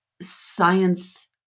science